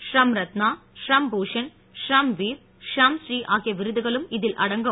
ஷரம் ரத்னா ஷரம் பூஷண் ஷரம் வீர் ஷரம் பூரீ ஆகிய விருதுகளும் இதில் அடங்கும்